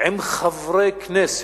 עם חברי כנסת,